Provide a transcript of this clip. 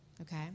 okay